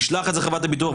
הוא ישלח את זה לחברת הביטוח,